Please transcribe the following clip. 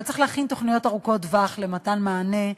אבל צריך להכין תוכניות ארוכות טווח למתן מענה.